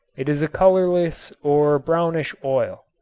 it is a colorless or brownish oil.